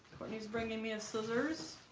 kourtney's bringing me a scissors.